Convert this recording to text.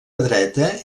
dreta